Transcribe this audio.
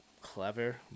clever